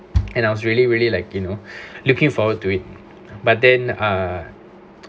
and I was really really like you know looking forward to it but then uh